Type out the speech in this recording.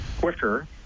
quicker